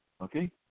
Okay